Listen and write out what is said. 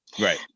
Right